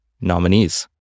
nominees